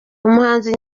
umuhanzi